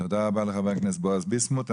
תודה רבה לחבר הכנסת בועז ביסמוט.